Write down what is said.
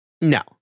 No